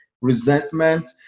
Resentment